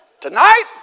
tonight